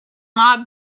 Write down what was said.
not